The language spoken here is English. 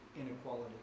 inequality